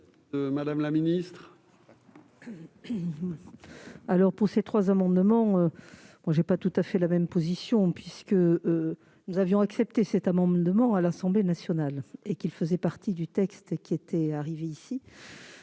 madame la ministre,